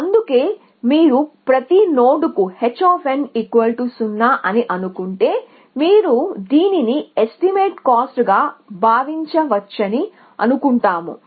అందుకే మీరు ప్రతి నోడ్కు h0 అని అనుకుంటే మీరు దీనిని ఎస్టిమేటేడ్ కాస్ట్ గా భావించవచ్చని అనుకుంటాము